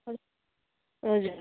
हजुर